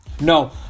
No